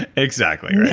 and exactly